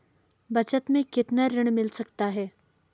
बचत मैं कितना ऋण मिल सकता है?